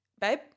babe